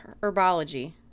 Herbology